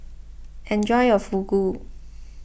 enjoy your Fugu